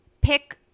pick